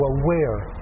aware